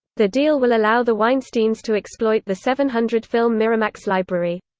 the deal will allow the weinsteins to exploit the seven hundred film miramax library.